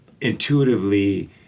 intuitively